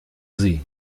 sie